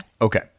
Okay